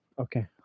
Okay